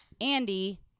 Andy